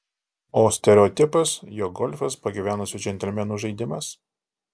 o stereotipas jog golfas pagyvenusių džentelmenų žaidimas